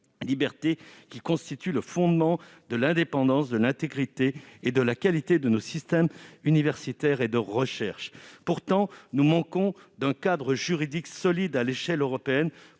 libertés qui constituent le fondement de l'indépendance, de l'intégrité et de la qualité de nos systèmes universitaires et de recherche. Pourtant, nous manquons aujourd'hui d'un cadre juridique solide à l'échelle européenne